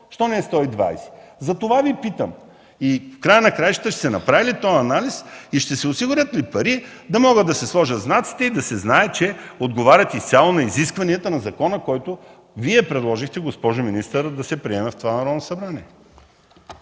Защо не е 120 км? За това Ви питам. В края на краищата ще се направи ли този анализ? Ще се осигурят ли пари да се сложат знаците и да се знае, че отговарят изцяло на изискванията на закона, който Вие предложихте, госпожо министър, да се приеме в това Народно събрание.